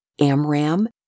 Amram